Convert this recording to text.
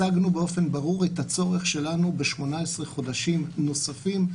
הצגנו באופן ברור את הצורך שלנו ב-18 חודשים נוספים,